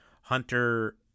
Hunter